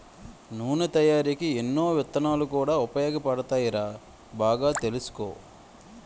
నూనె తయారికీ ఎన్నో విత్తనాలు కూడా ఉపయోగపడతాయిరా బాగా తెలుసుకో